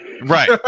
Right